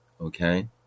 Okay